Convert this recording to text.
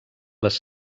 les